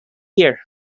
year